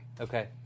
Okay